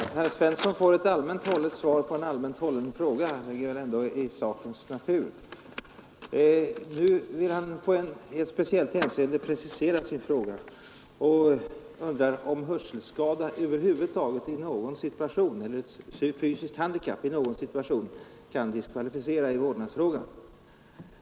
Herr talman! Herr Svensson i Malmö får ett allmänt hållet svar på en allmänt hållen fråga. Det ligger ändock i sakens natur. Nu vill han i ett speciellt hänseende precisera sin fråga och undrar, om hörselskada eller ett psykiskt handikapp över huvud taget i någon situation kan diskvalificera i vårdnadsfrågan.